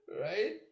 Right